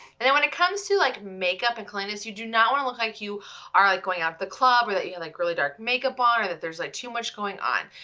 and then when it comes to like makeup and cleanliness, you do not wanna look like you are like going out to the club or that you have like really dark makeup on, or that there's ah too much going on.